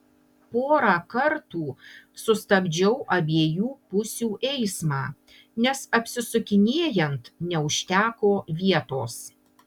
porą kartų sustabdžiau abiejų pusių eismą nes apsisukinėjant neužteko vietos